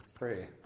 pray